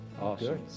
Awesome